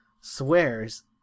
swears